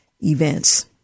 events